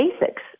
basics